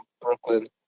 Brooklyn